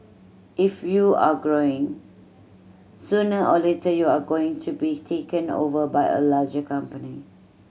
if you're growing sooner or later you are going to be taken over by a larger company